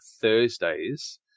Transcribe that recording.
Thursdays